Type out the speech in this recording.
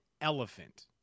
elephant